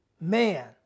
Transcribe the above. Man